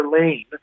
lane